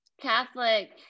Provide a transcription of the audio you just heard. Catholic